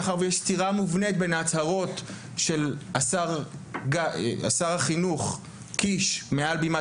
מאחר שיש סתירה מובנית בין ההצהרות של שר החינוך קיש מעל בימת